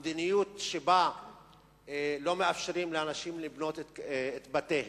המדיניות שבה לא מאפשרים לאנשים לבנות את בתיהם,